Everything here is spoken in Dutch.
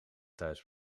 thuis